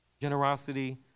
Generosity